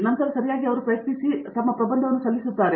ನಂತರ ಅದನ್ನು ಸರಿಯಾಗಿ ಪ್ರಯತ್ನಿಸಿ ನೋಡುತ್ತಾರೆ ನಾವು ಇದನ್ನು ಸಲ್ಲಿಸುತ್ತೇವೆ